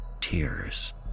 tears